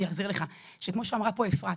אני אחזיר לך כמו שאמרה פה אפרת.